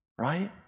right